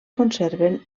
conserven